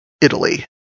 Italy